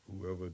Whoever